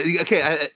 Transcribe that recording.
Okay